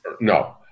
No